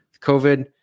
COVID